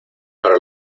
para